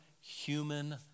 human